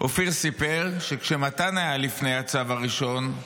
אופיר סיפר שכשמתן היה לפני הצו הראשון,